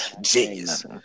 Genius